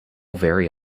very